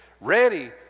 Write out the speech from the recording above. ready